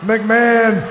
McMahon